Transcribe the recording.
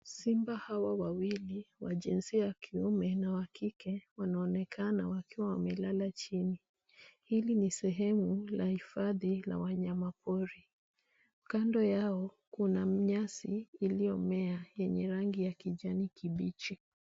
Simba hawa wawili wa jinsia ya kiume na kike wanaonekana wakiwa wamelala chini. Hili ni sehemu la hifadhi la wanyamapori. Kando yao kuna nyasi iliyomea yenye rangi ya kijani kibichi.